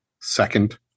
second